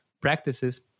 practices